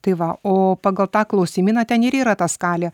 tai va o pagal tą klausimyną ten ir yra ta skalė